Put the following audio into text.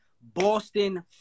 Boston